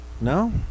No